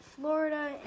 Florida